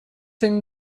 thing